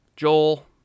Joel